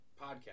podcast